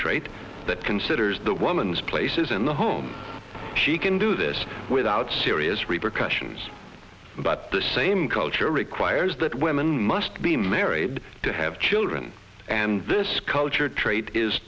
trait that considers the woman's place is in the home she can do this without serious repercussions but the same culture requires that women must be married to have children and this culture trait is